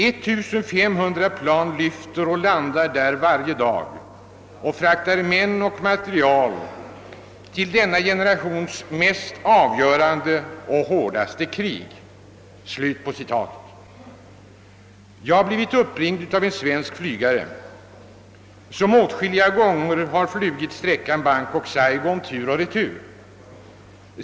1500 plan lyfter och landar där varje dag och fraktar män och materiel till denna generations mest avgörande och hårdaste krig.» Jag har blivit uppringd av en svensk flygare, som åtskilliga gånger har flugit sträckan Bangkok—Saigon tur och retur.